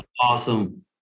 awesome